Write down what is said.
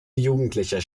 jugendlicher